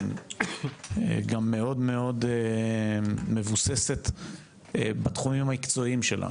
גם מאוד מאוד מבוססת בתחומים המקצועיים שלה,